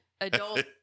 adult